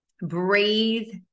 breathe